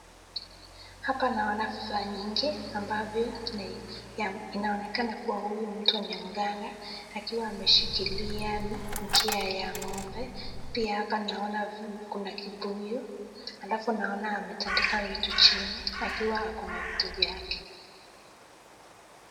hapa naona vifa nyingi ambavyo niya inaonekana huyu mtu ni mganga akiwa ameshilikia mkia ya ng'ombe, pia hapa naona kuna kibuyu alafu naona ametandika vitu chini akiwa ako na vitu vyake.